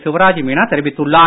சிவராஜ் மீனா தெரிவித்துள்ளார்